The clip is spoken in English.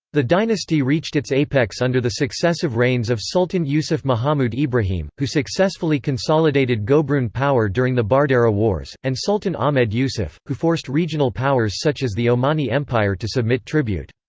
the dynasty reached its apex under the successive reigns of sultan yusuf mahamud ibrahim, who successfully consolidated gobroon power during the bardera wars, and sultan ahmed yusuf, who forced regional powers such as the omani empire to submit tribute.